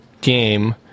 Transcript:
game